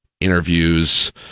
interviews